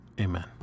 Amen